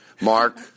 Mark